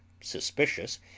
suspicious